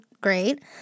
great